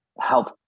help